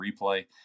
replay